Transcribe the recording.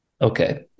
okay